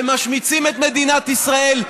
ומשמיצים את מדינת ישראל,